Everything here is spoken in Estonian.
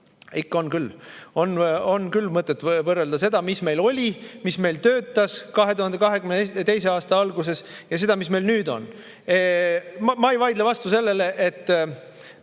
ikka on küll! On küll mõtet võrrelda seda, mis meil oli, mis meil töötas 2022. aasta alguses, ja seda, mis meil nüüd on. Ma ei vaidle vastu sellele, et